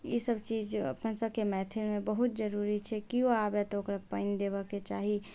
ई सब चीज अपन सबके मैथिलमे बहुत जरूरी छै केओ आबै तऽ ओकरा पानि देबेके चाही